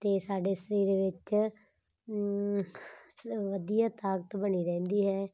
ਅਤੇ ਸਾਡੇ ਸਰੀਰ ਦੇ ਵਿੱਚ ਵਧੀਆ ਤਾਕਤ ਬਣੀ ਰਹਿੰਦੀ ਹੈ